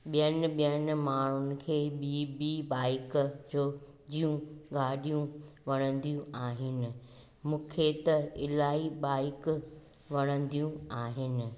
ॿियनि ॿियनि माण्हुनि खे ॿी ॿी बाइक जो जूं ॻाॾियूं वणंदियूं आहिनि मूंखे त इलाही बाइक वणंदियूं आहिनि